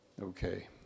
Okay